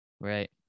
Right